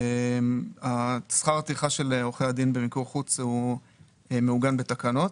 אז שכר הטרחה של עורכי הדין במיקור חוץ הוא מעוגן בתקנות,